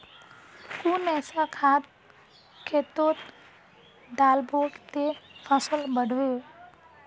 कुन ऐसा खाद खेतोत डालबो ते फसल बढ़बे?